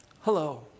hello